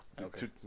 Okay